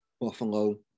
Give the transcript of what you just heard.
buffalo